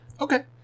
Okay